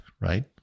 right